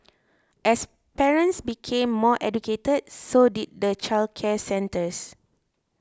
as parents became more educated so did the childcare centres